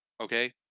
Okay